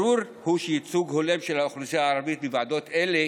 ברור שייצוג הולם של האוכלוסייה הערבית בוועדות אלה